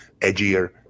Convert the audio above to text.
Edgier